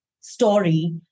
story